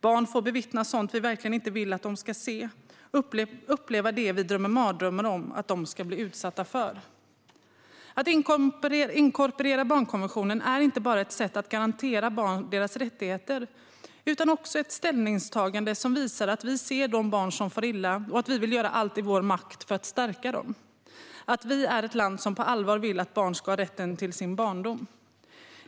Barn får bevittna sådant vi verkligen inte vill att de ska se och uppleva det som vi drömmer mardrömmar om att de ska bli utsatta för. Att inkorporera barnkonventionen är inte bara ett sätt att garantera barn deras rättigheter utan också ett ställningstagande som visar att vi ser de barn som far illa och att vi vill göra allt i vår makt för att stärka dem - att vi är ett land som på allvar vill att barn ska ha rätt till sin barndom.